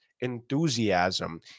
enthusiasm